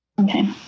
Okay